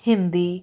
Hindi